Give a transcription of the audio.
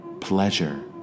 pleasure